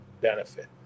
benefit